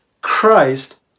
Christ